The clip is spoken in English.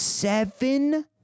Seven